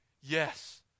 Yes